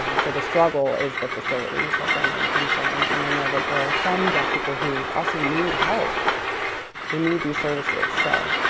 um so the struggle is the facilities. that's our main concern and i know that there are some deaf people who also need help they need these services. so